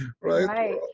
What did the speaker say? Right